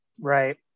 right